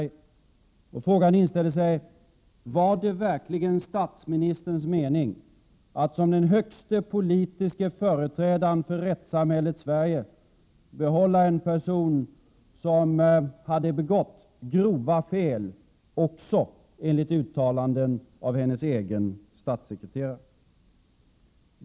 En fråga som inställer sig är om det verkligen var statsministerns mening att som högste politiska företrädare för rättssamhället Sverige behålla en person som hade begått grova fel, också enligt uttalanden av hennes egen statssekreterare.